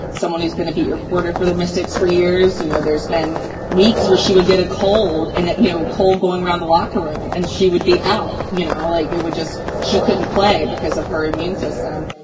someone who's been a beat reporter for the mystics for years. you know, there's been weeks where she would get a cold and, you know, cold going around the locker room and she would be out, you know, like it would just she couldn't play because of her immune system.